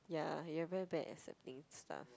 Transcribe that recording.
ya you're very bad at accepting stuff